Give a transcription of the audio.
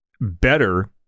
better